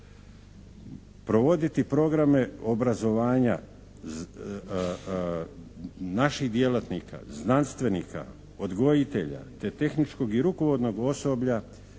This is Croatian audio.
Provoditi programe obrazovanja naših djelatnika, znanstvenika, odgojitelja, te tehničkog i rukovodnog osoblja